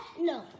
No